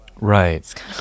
right